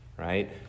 Right